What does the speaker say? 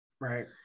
Right